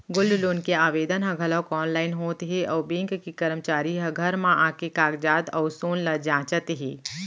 gold loan के आवेदन ह घलौक आनलाइन होत हे अउ बेंक के करमचारी ह घर म आके कागजात अउ सोन ल जांचत हे